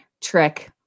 trick